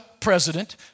president